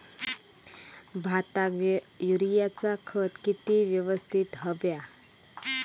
भाताक युरियाचा खत किती यवस्तित हव्या?